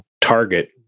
target